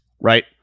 Right